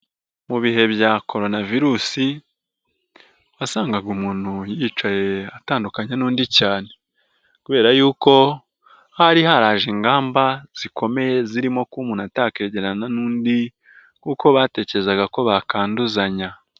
Mu bihe bya Korona Virusi wasangaga umuntu yicaye atandukanye n'undi cyane kubera yuko hari haraje ingamba zikomeye zirimo ko umuntu atakegerana n'undi kuko batekerezaga ko bakanduzanya.